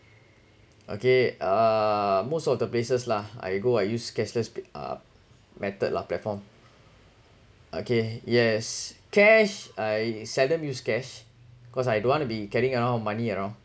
okay uh most of the places lah I go I use cashless uh method lah platform okay yes cash I seldom use cash cause I don't want to be carrying around money around